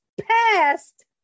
past